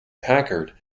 packard